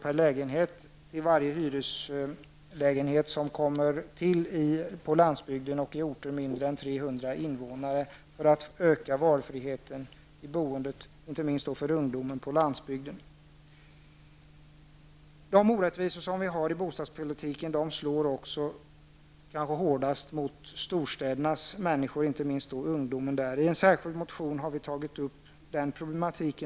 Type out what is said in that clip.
per lägenhet till varje hyreslägenhet som kommer till på landsbygden och på orter med mindre än 300 invånare. Detta för att öka valfriheten i boendet inte minst för ungdomen på landsbygden. De orättvisor som vi har i bostadspolitiken slår kanske hårdast mot storstädernas människor, inte minst mot ungdomen där. I en särskild motion har vi tagit upp det problemet.